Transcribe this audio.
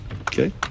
Okay